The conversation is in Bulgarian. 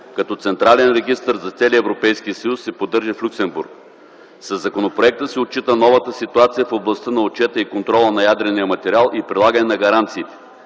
като централен регистър за целия Европейски съюз се поддържа в Люксембург. Със законопроекта се отчита новата ситуация в областта на отчета и контрола на ядрения материал и прилагане на гаранциите.